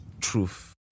truth